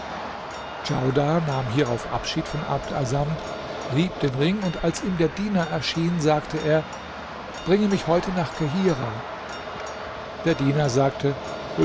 djaudar nahm hierauf abschied von abd assamd rieb den ring und als ihm der diener erschien sagte er bringe mich heute nach kahirah der diener sagte